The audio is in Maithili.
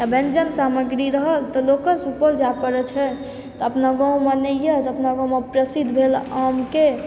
व्यञ्जन सामग्री रहल तऽ लोकके सुपौल जाय पड़ै छै तऽ अपना गाँवमे नइँ य तऽ अपना गाँवमे प्रसिद्ध भेल आमके